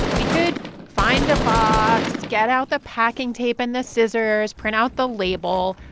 we could find a box, get out the packing tape and the scissors, print out the label.